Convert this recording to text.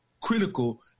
critical